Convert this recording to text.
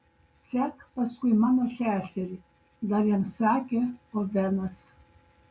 sek paskui mano seserį dar jam sakė ovenas